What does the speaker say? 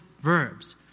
verbs